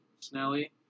Snelly